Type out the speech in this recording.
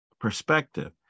perspective